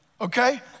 Okay